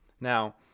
Now